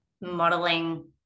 modeling